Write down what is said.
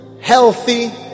healthy